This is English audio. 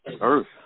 Earth